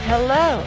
Hello